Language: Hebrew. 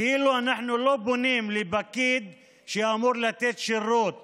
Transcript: כאילו אנחנו לא פונים לפקיד שאמור לתת שירות